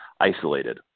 isolated